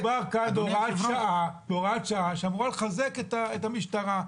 אדוני --- מדובר כאן בהוראת שעה שאמורה לחזק את המשטרה,